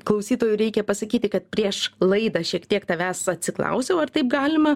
klausytojui reikia pasakyti kad prieš laidą šiek tiek tavęs atsiklausiau ar taip galima